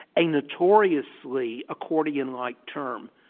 a notoriously accordion-like term,